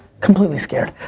completely scared.